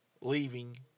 leaving